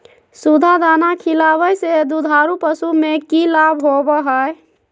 सुधा दाना खिलावे से दुधारू पशु में कि लाभ होबो हय?